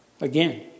Again